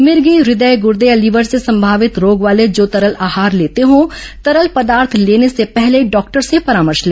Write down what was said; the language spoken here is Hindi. मिर्गी हृदय गूर्दे या लीवर से संभवित रोग वाले जो तरल आहार लेते हो तरल पदार्थ लेने से पहले डॉक्टर से परामर्श ले